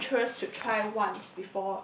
the Adventurous should try once